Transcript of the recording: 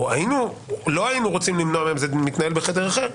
או לא היינו רוצים למנוע מהם, זה מתנהל בחדר אחר,